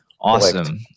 Awesome